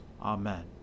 Amen